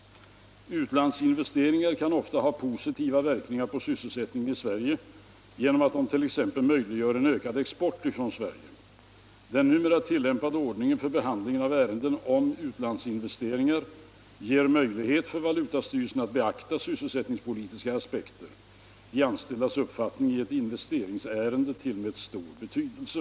Utlandsinvesteringar kan ofta ha positiva verkningar på sysselsättningen i Sverige genom att de t.ex. möjliggör en ökad export från Sverige. Den numera tillämpade ordningen för behandlingen av ärenden om utlandsinvesteringar ger möjlighet för valutastyrelsen att beakta sysselsättningspolitiska aspekter. De anställdas uppfattning i ett investeringsärende tillmäts stor betydelse.